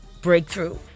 breakthrough